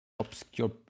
Obscure